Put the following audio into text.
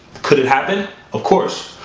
could it happen? of course,